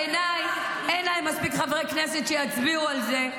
בעיניי, אין להם מספיק חברי כנסת שיצביעו על זה.